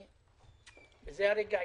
קורונה.